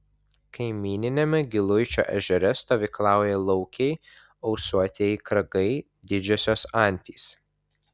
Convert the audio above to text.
kaimyniniame giluičio ežere stovyklauja laukiai ausuotieji kragai didžiosios antys